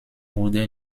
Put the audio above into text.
wurde